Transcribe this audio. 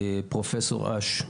פרופ' אש,